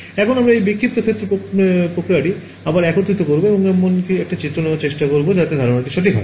এখন আমরা এটি বিক্ষিপ্ত ক্ষেত্র প্রক্রিয়াটি আবার একত্রিত করব এবং এমন একটি চিত্র নেওয়ার চেষ্টা করব যাতে ধারণাটি সঠিক হয়